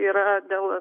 yra dėl